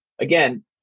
again